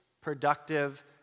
productive